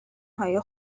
های